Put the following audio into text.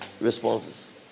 responses